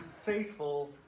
faithful